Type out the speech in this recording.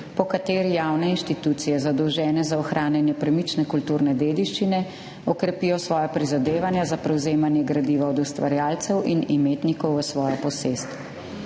po kateri javne institucije, zadolžene za ohranjanje premične kulturne dediščine, okrepijo svoja prizadevanja za prevzemanje gradiva od ustvarjalcev in imetnikov v svojo posest.